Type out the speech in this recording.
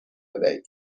بدهید